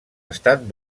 estat